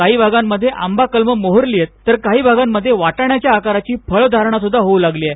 काही भागांमध्ये आंबा कलमे मोहरली आहेत तर काही भागामध्ये वाटाण्याच्या आकाराची फळधारणाही होऊ लागली आहे